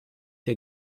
der